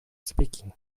speaking